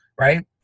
right